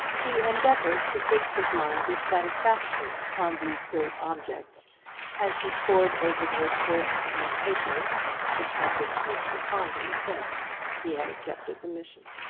he endeavoured to fix his mind with satisfaction on these great objects as he pored over the reports and papers which had been heaped upon him since he had accepted the mission.